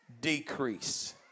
decrease